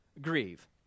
grieve